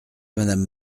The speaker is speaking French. madame